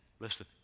Listen